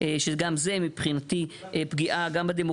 אז תסריט הוא ממש מורה נבוכים להבנה של גבולות